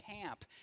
camp